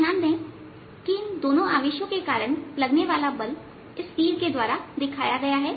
आप ध्यान दें कि इन दोनों आवेशों के कारण लगने वाला बल इस तीर के द्वारा दिखाया गया है